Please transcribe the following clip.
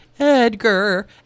edgar